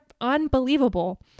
unbelievable